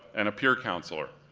and a peer counselor.